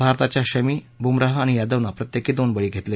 भारताच्या शमी बुमराह आणि यादवनं प्रत्येकी दोन बळी घेतले